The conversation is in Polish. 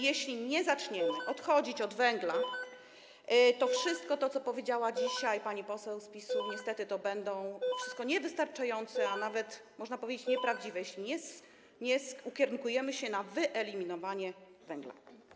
Jeśli nie zaczniemy odchodzić od węgla, to wszystko, co powiedziała dzisiaj pani poseł z PiS-u, niestety będzie niewystarczające, a nawet, można powiedzieć, nieprawdziwe, jeśli nie ukierunkujemy się na wyeliminowanie węgla.